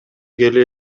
келе